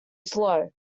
slow